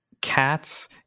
cats